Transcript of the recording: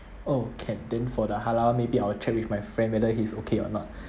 oh can then for the halal maybe I'll check with my friend whether he's okay or not